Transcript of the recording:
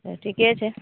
ठीके छै